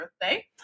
birthday